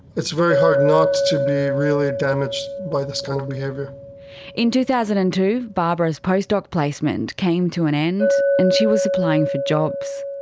it's very hard not to be really damaged by this kind of behaviour. in two thousand and two barbara's postdoc placement came to an end and she was applying for jobs.